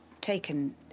taken